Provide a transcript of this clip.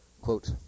Quote